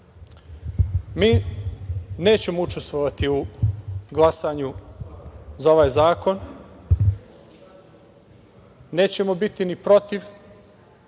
nećemo učestvovati u glasanju za ovaj zakon. Nećemo biti ni protiv,